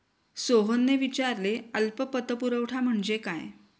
सोहनने विचारले अल्प पतपुरवठा म्हणजे काय?